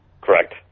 Correct